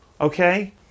Okay